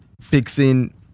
fixing